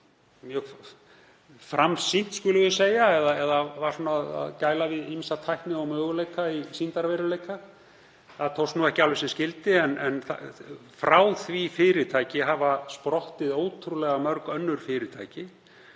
mjög framsýnt, skulum við segja, var að gæla við ýmsa tækni og möguleika í sýndarveruleika. Það tókst ekki alveg sem skyldi en frá því fyrirtæki hafa sprottið ótrúlega mörg önnur fyrirtæki,